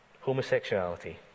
Homosexuality